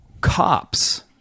cops